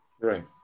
Right